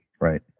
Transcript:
Right